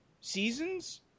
seasons